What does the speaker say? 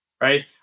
right